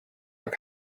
look